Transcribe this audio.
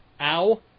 Ow